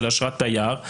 של אשרת תייר,